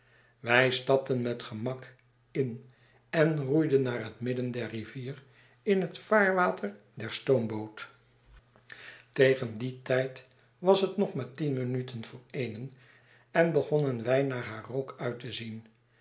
wij stapten met gemak in en roeiden naar het midden der rivier in het vaarwater der stoomboot be giek klampt ons a an booed tegen dien tijd was het nog maar tien minuten voor eenen en begonnen wij naarhaarrook uit te zien